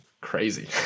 crazy